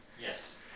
yes